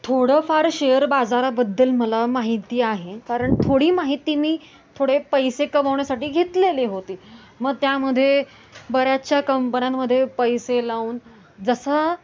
थोडंफार शेअर बाजाराबद्दल मला माहिती आहे कारण थोडी माहिती मी थोडे पैसे कमावण्यासाठी घेतलेले होते मग त्यामध्ये बऱ्याचशा कंपन्यांमध्ये पैसे लावून जसा